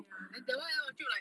ya then that one 我就 like